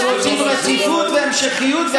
אנחנו רוצים רציפות והמשכיות.